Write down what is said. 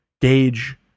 gauge